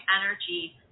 energy